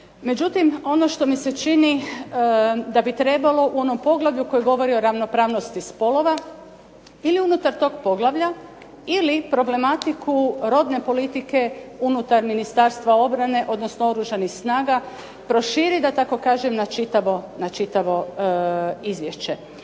Međutim, ono što mi se čini da bi trebalo u onom poglavlju koji govori o ravnopravnosti spolova ili unutar toga poglavlja ili problematiku rodne politike unutar Ministarstva obrane odnosno Oružanih snaga, proširiti na čitavo izvješće.